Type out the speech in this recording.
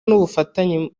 n’ubufatanye